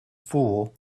fool